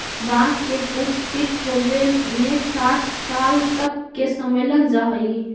बाँस के पुष्पित होवे में साठ साल तक के समय लग जा हइ